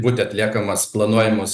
būti atliekamas planuojamos